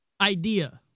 Idea